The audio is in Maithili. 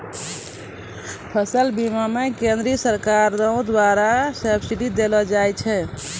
फसल बीमा मे केंद्रीय सरकारो द्वारा सब्सिडी देलो जाय छै